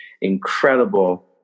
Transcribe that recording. incredible